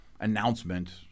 announcement